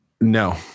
No